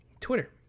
Twitter